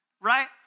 right